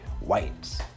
whites